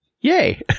yay